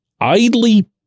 idly